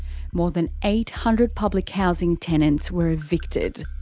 more than eight hundred public housing tenants were evicted.